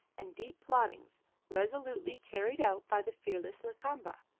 and deep plottings resolutely carried out by the fearless lakamba,